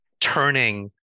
turning